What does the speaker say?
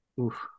Oof